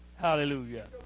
Hallelujah